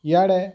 ଇଆଡ଼େ